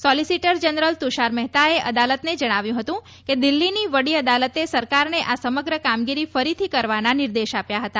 solicitor general Tushar મહેતાએ અદાલતને જણાવ્યું હતું કે દિલ્હીની વડી અદાલતે સરકારને આ સમગ્ર કામગીરી ફરીથી કરવાના નિર્દેશ આપ્યા હતા